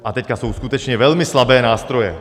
A teď jsou skutečně velmi slabé nástroje.